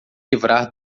livrar